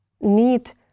need